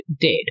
dead